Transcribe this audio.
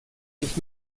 sich